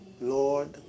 Lord